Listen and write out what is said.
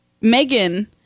Megan